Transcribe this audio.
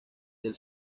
del